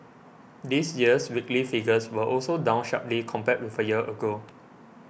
this year's weekly figures were also down sharply compared with a year ago